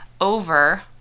over